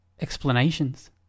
explanations